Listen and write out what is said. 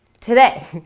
today